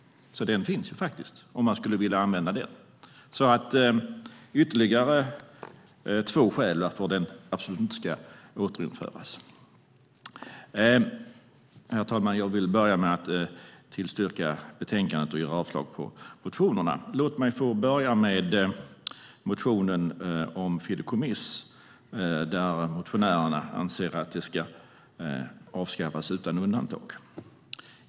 Den finns om de skulle vilja använda den. Det är ytterligare två skäl till att inte återinföra lagen. Herr talman! Jag vill börja med att yrka bifall till förslaget i betänkandet och avslag på motionerna. I motionen om fideikommiss anser motionärerna att det ska avskaffas utan undantag.